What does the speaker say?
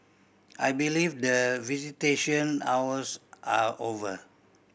I believe the visitation hours are over